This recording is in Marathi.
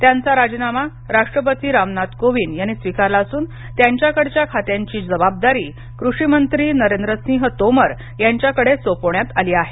त्यांचा राजीनामा राष्ट्रपती रामनाथ कोविंद यांनी स्वीकारला असून त्यांच्याकडच्या खात्यांची जबाबदारी कृषी मंत्री नरेंद्रसिंह तोमर यांच्याकड सोपविण्यात आली आहे